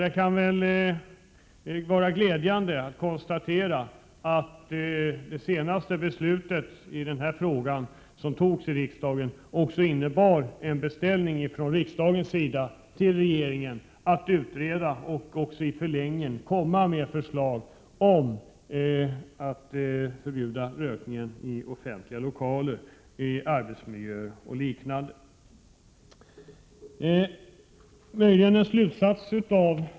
Det är glädjande att konstatera att det senaste beslutet i riksdagen i denna fråga också innebar en beställning från riksdagens sida till regeringen att utreda, och i förlängningen komma med förslag, om förbud mot rökning i offentliga lokaler, arbetsmiljöer och liknande.